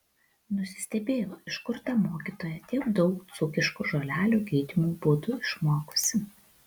nusistebėjau iš kur ta mokytoja tiek daug dzūkiškų žolelių gydymo būdų išmokusi